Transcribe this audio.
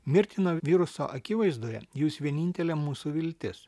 mirtino viruso akivaizdoje jūs vienintelė mūsų viltis